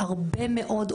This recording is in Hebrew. שהרבה מאוד,